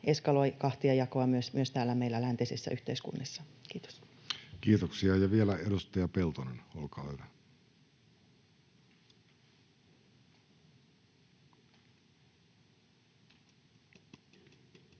eskaloi kahtiajakoa myös täällä meillä läntisissä yhteiskunnissa. — Kiitos. Kiitoksia. — Ja vielä edustaja Peltonen, olkaa hyvä. Arvoisa